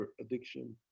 addiction